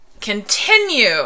continue